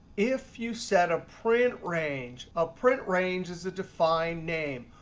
if you set a print range, a print range is a defined name.